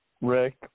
Rick